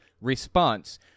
response